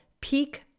Peak